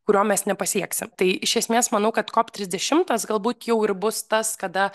kurio mes nepasieksim tai iš esmės manau kad kop trisdešimtas galbūt jau ir bus tas kada